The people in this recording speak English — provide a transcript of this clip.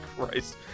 Christ